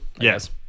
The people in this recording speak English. yes